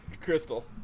Crystal